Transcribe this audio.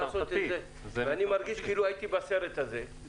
אני מרגיש כאילו הייתי בסרט הזה.